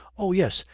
oh, yes,